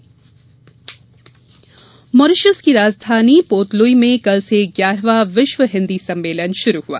हिन्दी सम्मेलन मॉरीसस की राजधानी पोर्टलुई में कल से ग्यारहवां विश्व हिन्दी सम्मेलन शुरू हुआ